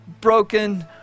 broken